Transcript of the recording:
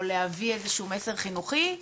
או להביא איזה שהוא מסר חינוכי,